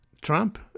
Trump